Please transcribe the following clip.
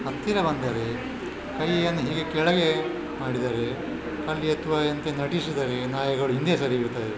ಹತ್ತಿರ ಬಂದರೆ ಕೈಯನ್ನು ಹೀಗೆ ಕೆಳಗೆ ಮಾಡಿದರೆ ಅಲ್ಲಿ ಅಥವಾ ಎಂಥ ನಟಿಸಿದರೆ ನಾಯಿಗಳು ಹಿಂದೆ ಸರಿಯುತ್ತದೆ